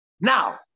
Now